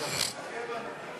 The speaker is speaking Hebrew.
תכה בנו,